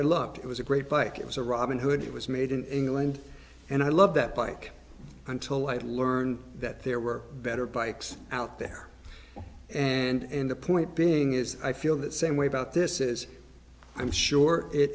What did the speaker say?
i loved it was a great bike it was a robin hood it was made an england and i love that bike until i learned that there were better bikes out there and the point being is i feel the same way about this is i'm sure it